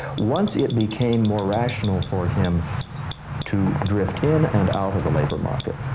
once it became more rational for him to drift in and out of the labor market,